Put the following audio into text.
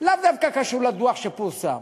לאו דווקא קשור לדוח שפורסם,